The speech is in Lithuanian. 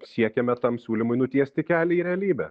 siekiame tam siūlymui nutiesti kelią į realybę